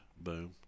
Boom